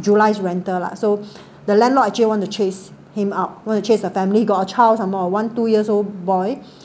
july's rental lah so the landlord actually want to chase him out want to chase the family got a child some more one two years old boy